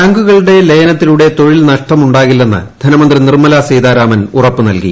ബാങ്കുകളുടെ ലയനത്തിലൂടെ തൊഴിൽ നഷ്ടം ഉണ്ടാകി ല്ലെന്ന് ധനമന്ത്രി നിർമ്മലാ സീതാരാമൻ ഉറപ്പ് നൽകി